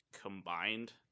combined